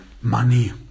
money